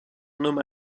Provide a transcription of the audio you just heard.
nomme